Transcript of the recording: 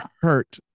hurt